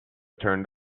turned